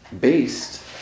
based